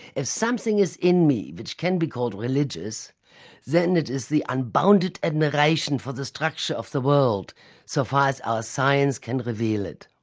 if something is in me which can be called religious then it is the unbounded admiration for the structure of the world so far as our science can reveal it.